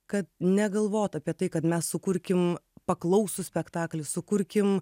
kad negalvot apie tai kad mes sukurkim paklausų spektaklį sukurkim